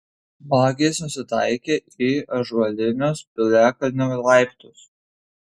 vagys nusitaikė į ąžuolinius piliakalnio laiptus